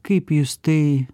kaip jūs tai